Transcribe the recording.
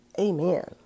Amen